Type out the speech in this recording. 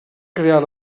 crear